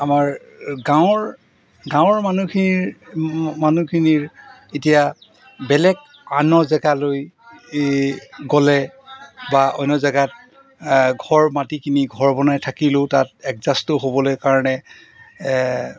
আমাৰ গাঁৱৰ গাঁৱৰ মানুহখিনিৰ মানুহখিনিৰ এতিয়া বেলেগ অন্য জেগালৈ এই গ'লে বা অন্য জেগাত ঘৰ মাটি কিনি ঘৰ বনাই থাকিলেও তাত এডজাষ্টো হ'বলৈ কাৰণে